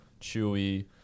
Chewy